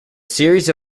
series